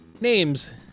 names